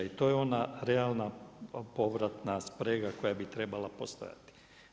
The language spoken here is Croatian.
I to je ona realna povratna sprega koja bi trebala postojati.